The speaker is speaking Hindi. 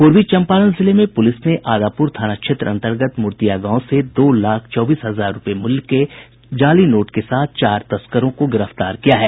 पूर्वी चंपारण जिले में पुलिस ने आदापुर थाना क्षेत्र अंतर्गत मूर्तिया गांव से दो लाख चौबीस हजार रूपये मूल्य के जाली नोट के साथ चार तस्करों को गिरफ्तार किया है